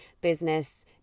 business